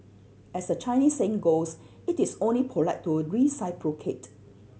as the Chinese saying goes it is only polite to reciprocate